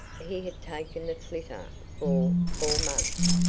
he had taken the flitter for four months,